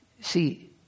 See